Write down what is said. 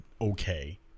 Okay